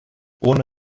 ohne